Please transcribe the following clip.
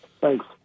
thanks